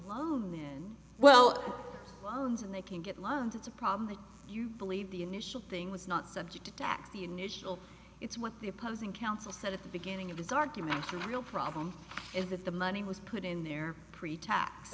love then well they can get loved it's a problem if you believe the initial thing was not subject to tax the initial it's what the opposing counsel said at the beginning of this argument the real problem is that the money was put in there